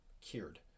cured